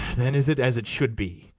then is it as it should be.